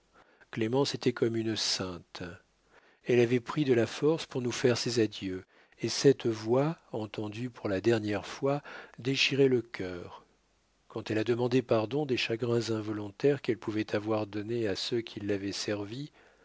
clémence était comme une sainte elle avait pris de la force pour nous faire ses adieux et cette voix entendue pour la dernière fois déchirait le cœur quand elle a demandé pardon des chagrins involontaires qu'elle pouvait avoir donnés à ceux qui l'avaient servie